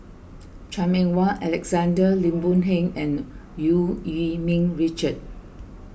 Chan Meng Wah Alexander Lim Boon Heng and Eu Yee Ming Richard